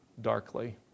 darkly